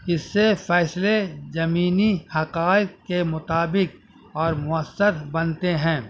اس سے فیصلے زمینی حقائق کے مطابق اور مؤثر بنتے ہیں